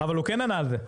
אבל הוא כן אמר את זה,